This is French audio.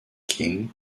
king